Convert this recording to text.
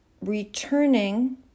returning